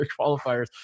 qualifiers